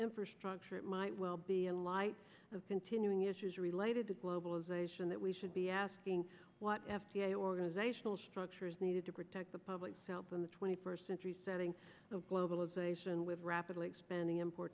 infrastructure it might well be a light of continuing issues related to globalization that we should be asking what f d a organizational structure is needed to protect the public south in the twenty first century setting globalization with rapidly expanding i